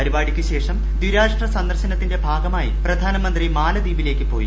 പരിപാടിയ്ക്കുശേഷം ദ്വിരാഷ്ട്ര സന്ദർശനത്തിന്റെ ഭാഗമായി പ്രധാനമന്ത്രി മാലദ്വീപിലേക്ക് പോയി